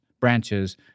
branches